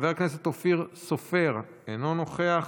חבר הכנסת אופיר סופר, אינו נוכח,